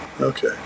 Okay